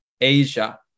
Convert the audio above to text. Asia